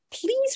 please